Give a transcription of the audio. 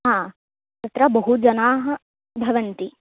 हा तत्र बहुजनाः भवन्ति